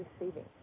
receiving